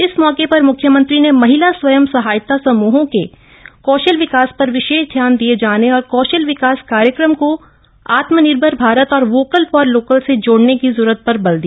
इस मौके पर मुख्यमंत्री ने महिल स्वयं सहायत समूहों के कौशल विकाप्त पर विशेष ध्याम दिये जामे और कौशल विकास कार्यक्रम को आत्मनिर्भर भारत और वोकल फॉर लोकल से जोड़ने की जरूरत पर बल दिया